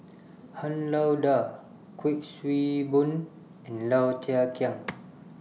Han Lao DA Kuik Swee Boon and Low Thia Khiang